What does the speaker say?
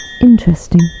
Interesting